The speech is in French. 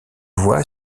voie